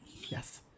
Yes